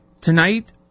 Tonight